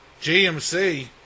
GMC